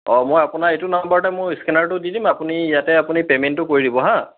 অঁ মই আপোনাৰ এইটো নাম্বাৰতে মোৰ স্কেনাৰটো দিম আপুনি ইয়াতে আপুনি পে'মেণ্টটো কৰি দিব হা